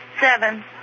seven